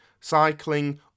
cycling